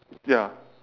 ya